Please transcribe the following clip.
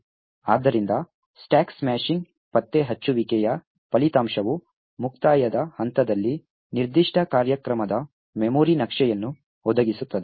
ಆದ್ದರಿಂದ stack smashing ಪತ್ತೆಹಚ್ಚುವಿಕೆಯ ಫಲಿತಾಂಶವು ಮುಕ್ತಾಯದ ಹಂತದಲ್ಲಿ ನಿರ್ದಿಷ್ಟ ಕಾರ್ಯಕ್ರಮದ ಮೆಮೊರಿ ನಕ್ಷೆಯನ್ನು ಒದಗಿಸುತ್ತದೆ